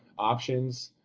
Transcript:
options.